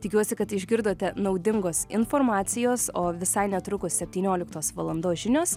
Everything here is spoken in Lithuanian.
tikiuosi kad išgirdote naudingos informacijos o visai netrukus septynioliktos valandos žinios